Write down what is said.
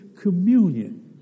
communion